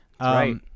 right